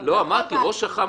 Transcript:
אמרתי, ראש אח"מ.